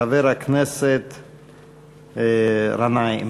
חבר הכנסת גנאים.